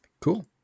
Cool